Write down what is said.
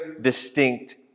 distinct